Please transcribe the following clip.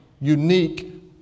unique